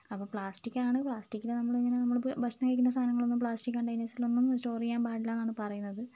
അപ്പോൾ പ്ലാസ്റ്റിക്ക് ആണ് പ്ലാസ്റ്റിക്കിൽ നമ്മളിങ്ങനെ നമ്മളിപ്പോൾ ഭക്ഷണം കഴിക്കുന്ന സാധനങ്ങളൊന്നും പ്ലാസ്റ്റിക്ക് കണ്ടയ്നേഴ്സിൽ ഒന്നും സ്റ്റോർ ചെയ്യാൻ പാടില്ല എന്നാണ് പറയുന്നത്